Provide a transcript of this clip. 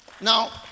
Now